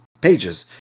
pages